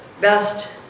best